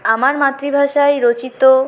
আমার মাতৃভাষায় রচিত